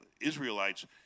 Israelites